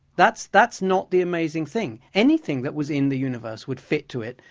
that's that's not the amazing thing. anything that was in the universe would fit to it,